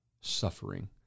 suffering